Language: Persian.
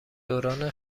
دوران